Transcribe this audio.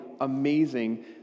amazing